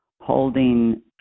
holding